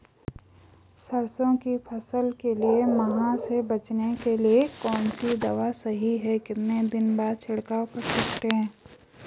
सरसों की फसल के लिए माह से बचने के लिए कौन सी दवा सही है कितने दिन बाद छिड़काव कर सकते हैं?